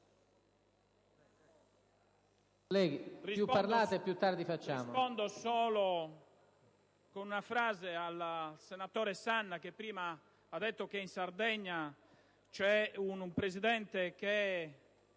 Rispondo solo con una frase al senatore Sanna, che prima ha detto che in Sardegna c'è un presidente che